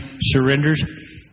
surrenders